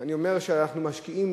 אני אומר שאנחנו משקיעים,